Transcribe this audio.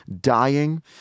dying